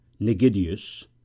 Nigidius